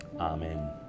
Amen